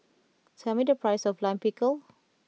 tell me the price of Lime Pickle